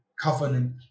covenant